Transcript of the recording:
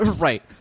Right